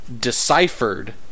deciphered